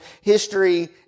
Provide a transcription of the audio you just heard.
history